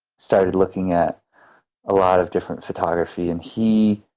started looking at a lot of different photography. and he